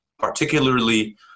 particularly